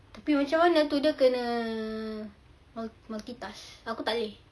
tapi macam mana tu dia kena multitask aku tak boleh